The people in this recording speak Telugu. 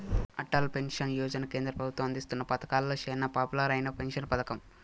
అటల్ పెన్సన్ యోజన కేంద్ర పెబుత్వం అందిస్తున్న పతకాలలో సేనా పాపులర్ అయిన పెన్సన్ పతకం